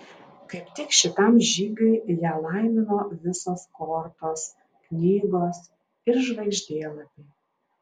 kaip tik šitam žygiui ją laimino visos kortos knygos ir žvaigždėlapiai